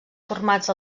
formats